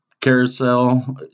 carousel